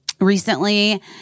recently